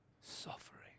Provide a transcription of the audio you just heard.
Suffering